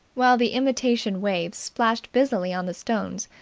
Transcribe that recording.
while the imitation waves splashed busily on the stones,